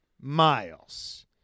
miles